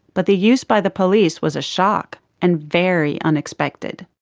but the use by the police was a shock and very unexpected.